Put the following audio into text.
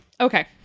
Okay